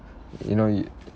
you know